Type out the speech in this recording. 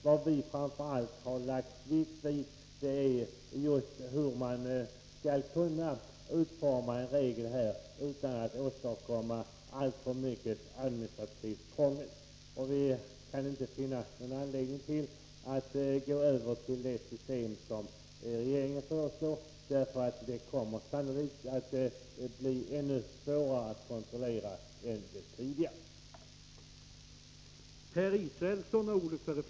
Vad vi framför allt har lagt vikt vid är just hur man skall kunna utforma en regel utan att åstadkomma alltför mycket administrativt krångel. Vi kan inte finna någon anledning att gå över till det system som regeringen föreslår, eftersom det sannolikt kommer att bli ännu svårare att kontrollera än det tidigare systemet.